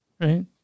right